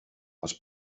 els